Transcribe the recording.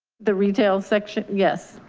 the retail section, yes,